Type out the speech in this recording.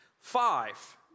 Five